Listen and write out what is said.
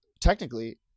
Technically